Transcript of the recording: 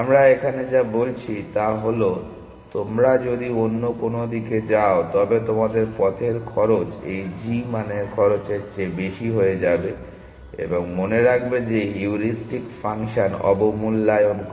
আমরা এখানে যা বলছি তা হল তোমরা যদি অন্য কোন দিকে যাও তবে তোমাদের পথের খরচ এই g মানের খরচের চেয়ে বেশি হয়ে যাবে এবং মনে রাখবে যে হিউরিস্টিক ফাংশন অবমূল্যায়ন করে